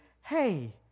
hey